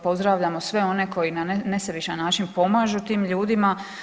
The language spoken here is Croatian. Pozdravljamo sve one koji na sebičan način pomažu tim ljudima.